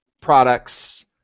products